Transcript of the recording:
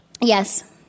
Yes